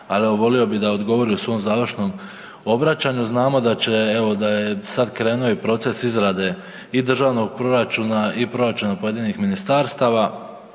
evo volio bi da odgovori u svom završnom obraćanju, znamo da će, evo da je sad krenuo i proces izrade i državnog proračuna, i proračuna pojedinih ministarstava,